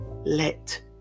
let